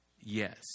Yes